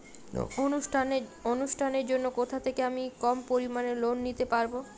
অনুষ্ঠানের জন্য কোথা থেকে আমি কম পরিমাণের লোন নিতে পারব?